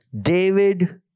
David